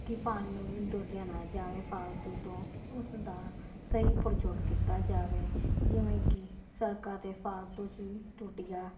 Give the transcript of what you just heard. ਕਿ ਪਾਣੀ ਨੂੰ ਡੋਲਿਆ ਨਾ ਜਾਵੇ ਫਾਲਤੂ ਤੋਂ ਉਸ ਦਾ ਸਹੀ ਪ੍ਰਯੋਗ ਕੀਤਾ ਜਾਵੇ ਜਿਵੇਂ ਕਿ ਸੜਕਾਂ 'ਤੇ ਫਾਲਤੂ 'ਚ ਵੀ ਟੂਟੀਆਂ